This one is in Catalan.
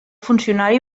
funcionari